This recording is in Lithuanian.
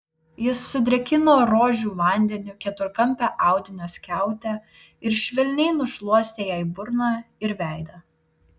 jis sudrėkino rožių vandeniu keturkampę audinio skiautę ir švelniai nušluostė jai burną ir veidą